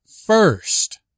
first